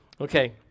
Okay